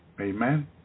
amen